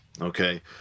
Okay